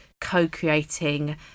co-creating